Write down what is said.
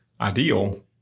ideal